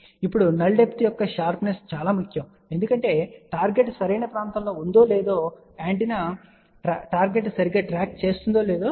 ఇప్పుడు శూన్య లోతు యొక్క షార్ప్నెస్ చాలా ముఖ్యం ఎందుకంటే టార్గెట్ సరైన ప్రాంతంలో ఉందో లేదో యాంటెన్నా టార్గెట్ సరిగ్గా ట్రాక్ చేస్తుందో లేదో చెబుతుంది సరే